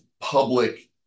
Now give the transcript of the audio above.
public